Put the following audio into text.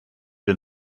den